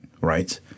right